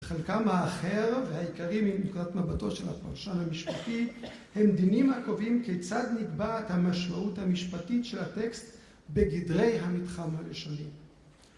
חלקם האחר והעיקרי מנקודת מבטו של הפרשן המשפטי הם דינים הקובעים כיצד נקבעת המשמעות המשפטית של הטקסט בגדרי המתחם הלשוני.